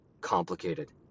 complicated